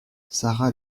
sara